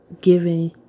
Giving